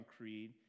Creed